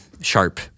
sharp